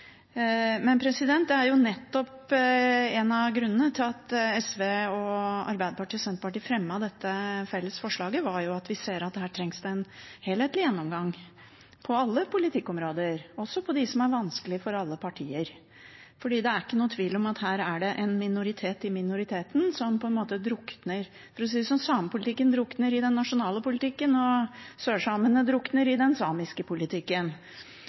En av grunnene til at SV, Arbeiderpartiet og Senterpartiet fremmet dette felles forslaget, var at vi så at her trengs det en helhetlig gjennomgang av alle politikkområder, også av dem som er vanskelige for alle partier, for det er ingen tvil om at det her er snakk om en minoritet i minoriteten, som på en måte drukner. For å si det slik: Samepolitikken drukner i den nasjonale politikken, og sørsamene drukner i den samiske politikken.